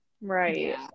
right